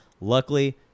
Luckily